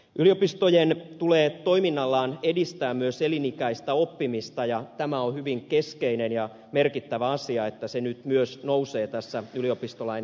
yliopistojen tulee toiminnallaan edistää myös elinikäistä oppimista ja on hyvin keskeinen ja merkittävä asia että se nyt myös nousee tässä yliopistolain uudistamisessa esille